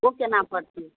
ओ केना पड़तियै